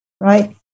right